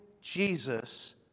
Jesus